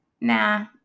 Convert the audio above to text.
Nah